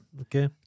Okay